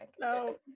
No